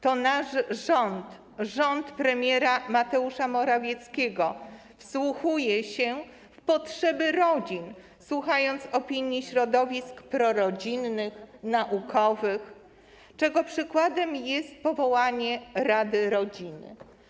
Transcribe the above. To nasz rząd, rząd premiera Mateusza Morawieckiego, wsłuchuje się w potrzeby rodzin, słucha opinii środowisk prorodzinnych, naukowych, czego przykładem jest powołanie Rady Rodziny.